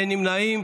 אין נמנעים.